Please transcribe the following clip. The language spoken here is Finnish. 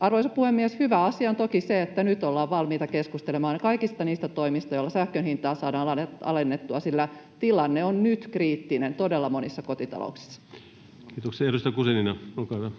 Arvoisa puhemies! Hyvä asia on toki se, että nyt ollaan valmiita keskustelemaan kaikista niistä toimista, joilla sähkön hintaa saadaan alennettua, sillä tilanne on nyt kriittinen todella monissa kotitalouksissa. [Speech 97] Speaker: